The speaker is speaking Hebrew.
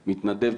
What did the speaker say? מתנדב,